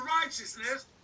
righteousness